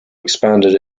expanded